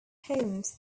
homes